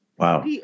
Wow